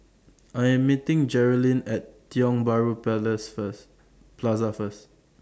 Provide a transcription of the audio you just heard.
I Am meeting Jerilynn At Tiong Bahru Plaza First